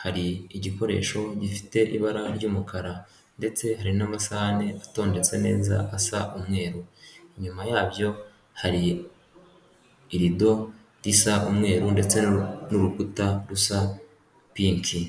hari igikoresho gifite ibara ry'umukara ndetse hari n'amasahani atondetse neza asa umweru, inyuma yabyo hari irido risa umweru ndetse n'urukuta rusa pinki.